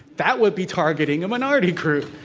that would be targeting a minority group,